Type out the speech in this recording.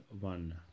one